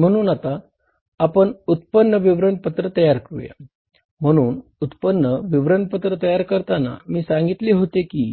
म्हणून आता आपण उत्पन्न विवरणपत्र तयार करूया म्हणून उत्पन्न विवरणपत्र तयार करताना मी सांगितले होते की